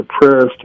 prayers